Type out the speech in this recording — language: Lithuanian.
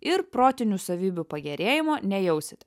ir protinių savybių pagerėjimo nejausit